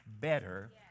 better